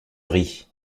ris